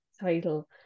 title